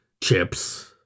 chips